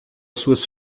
suas